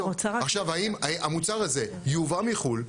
עכשיו, האם, המוצר הזה יובא מחו"ל,